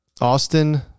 Austin